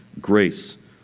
Grace